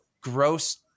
gross